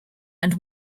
and